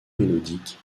mélodique